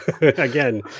again